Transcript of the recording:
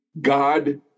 God